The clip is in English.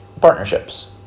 Partnerships